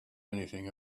anything